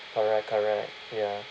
correct correct ya